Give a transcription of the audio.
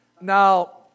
now